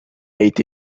été